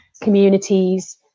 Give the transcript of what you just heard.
communities